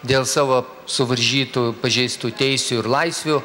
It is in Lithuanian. dėl savo suvaržytų pažeistų teisių ir laisvių